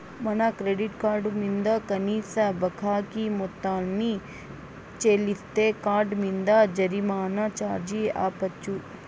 మన credit card మింద కనీస బకాయి మొత్తాన్ని చెల్లిస్తే కార్డ్ మింద జరిమానా ఛార్జీ ఆపచ్చు